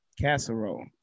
casserole